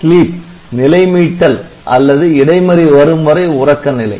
SLEEP நிலை மீட்டல் அல்லது இடைமறி வரும் வரை உறக்க நிலை